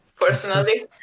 personally